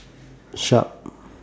Sharp